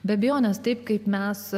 be abejonės taip kaip mes